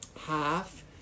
half